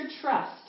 trust